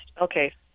Okay